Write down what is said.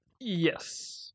Yes